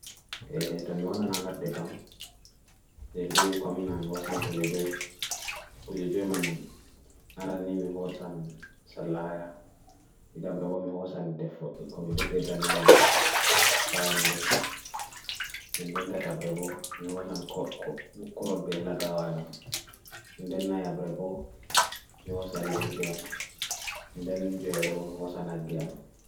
ʻe ʻetw ʻi mwʻonan ʻalad de kam ʻi ʻi ʻi ʻi ʻi ʻu ʻu ʻkam na ʻi mwosam kuje joi ʻi ʻi ʻi mwosam ʻan aran ni mwosam ʻsalaʻa ʻi ʻi ʻabrebo mwosam ʻdefetre ʻanyam ʻdu ʻfajande ʻi ʻi ʻi ʻi ʻi ʻi ʻi ʻi ʻi mwosam ʻkukurol be ʻelagawala ʻi ʻi ʻi ʻi ʻi ʻi ʻi ʻi ʻi mwosam ʻakia